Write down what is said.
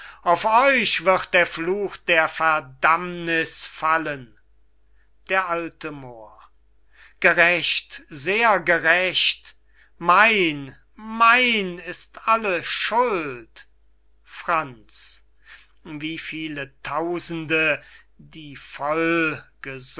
auf euch wird der fluch der verdammniß fallen d a moor gerecht sehr gerecht mein mein ist alle schuld franz wie viele tausende die